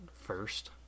first